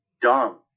dumb